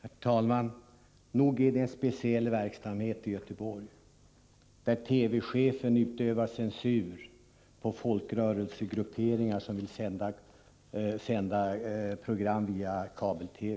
Herr talman! Nog är det en speciell verksamhet i Göteborg, där TV-chefen utövar censur på folkrörelsegrupperingar som vill sända program via kabel-TV.